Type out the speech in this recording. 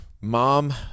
Mom